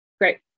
Great